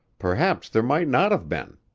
perhaps there might not have been.